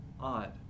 odd